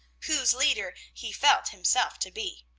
whose leader he felt himself to be.